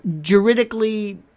juridically